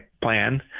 plan